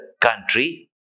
country